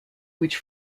which